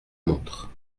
montre